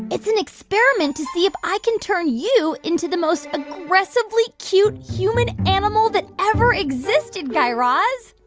it's an experiment to see if i can turn you into the most aggressively cute human animal that ever existed, guy raz